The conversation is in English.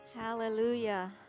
hallelujah